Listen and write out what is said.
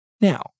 Now